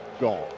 gone